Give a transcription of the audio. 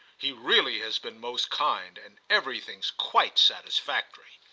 he really has been most kind, and everything's quite satisfactory.